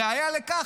ראיה לכך,